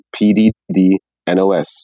PDD-NOS